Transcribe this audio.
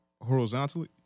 horizontally